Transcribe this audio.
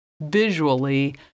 visually